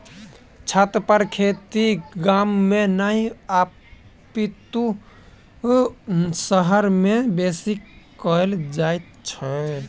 छतपर खेती गाम मे नहि अपितु शहर मे बेसी कयल जाइत छै